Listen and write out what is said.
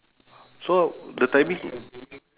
so the timing